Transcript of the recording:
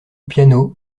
piano